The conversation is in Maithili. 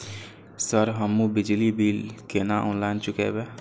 सर हमू बिजली बील केना ऑनलाईन चुकेबे?